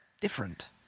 different